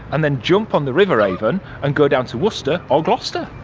and then jump on the river avon and go down to worcester or gloucester.